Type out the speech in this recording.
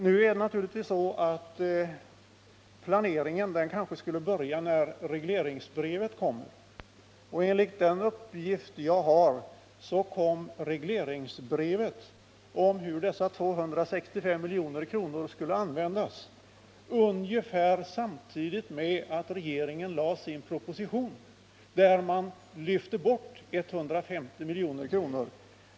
Visserligen kan hävdas att planeringsarbetet skulle ha börjat när regleringsbrevet kom, men enligt den uppgift jag har kom regleringsbrevet med bestämmelser om hur dessa 265 miljoner skulle användas ungefär samtidigt med att regeringen lade fram sin proposition där man lyfte bort de 150 miljonerna.